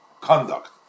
conduct